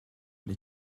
bli